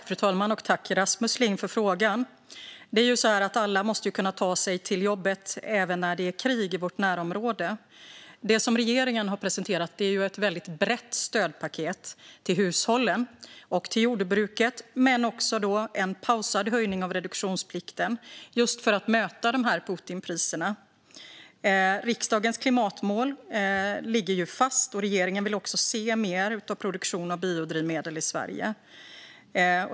Fru talman! Tack, Rasmus Ling, för frågan! Alla måste kunna ta sig till jobbet även när det är krig i vårt närområde. Det som regeringen har presenterat är ett väldigt brett stödpaket till hushållen och till jordbruket men också en pausad höjning av reduktionsplikten, just för att möta Putinpriserna. Riksdagens klimatmål ligger fast. Regeringen vill också se mer produktion av biodrivmedel i Sverige.